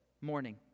morning